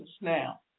now